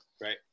Right